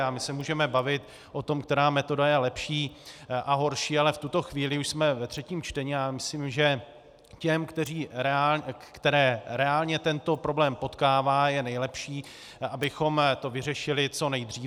A můžeme se bavit o tom, která metoda je lepší a horší, ale v tuto chvíli už jsme ve třetím čtení a myslím, že těm, které reálně tento problém potkává, je nejlepší, abychom to vyřešili co nejdříve.